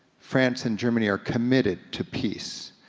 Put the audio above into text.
france and germany are committed to peace,